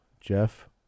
Jeff